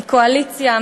מהקואליציה,